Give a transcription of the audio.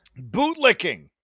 Bootlicking